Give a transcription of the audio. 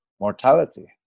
mortality